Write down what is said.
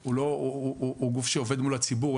היא גוף שעובד מול הציבור,